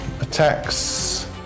attacks